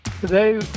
Today